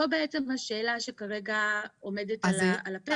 זו בעצם השאלה שכרגע עומדת על הפרק.